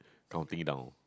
counting down